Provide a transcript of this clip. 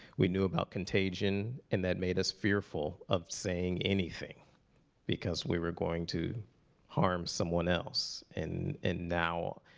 we knew about contagion, and that made us fearful of saying anything because we were going to harm someone else. and and now,